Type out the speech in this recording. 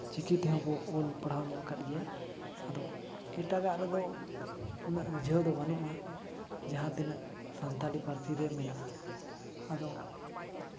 ᱪᱤᱠᱤ ᱛᱮᱦᱚᱸ ᱵᱚᱱ ᱚᱞ ᱯᱟᱲᱦᱟᱣ ᱧᱚᱜ ᱠᱟᱜ ᱜᱮᱭᱟ ᱟᱫᱚ ᱮᱴᱟᱜᱟᱜ ᱨᱮᱫᱚ ᱩᱱᱟᱹᱜ ᱨᱤᱡᱷᱟᱹᱣ ᱫᱚ ᱵᱟᱹᱱᱩᱜᱼᱟ ᱡᱟᱦᱟᱸ ᱛᱤᱱᱟᱹᱜ ᱥᱟᱱᱛᱷᱟᱲᱤ ᱯᱟᱹᱨᱥᱤ ᱨᱮ ᱢᱮᱱᱟᱜᱼᱟ ᱟᱫᱚ